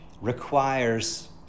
requires